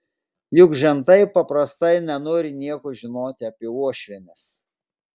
juk žentai paprastai nenori nieko žinoti apie uošvienes